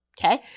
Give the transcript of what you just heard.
Okay